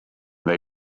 they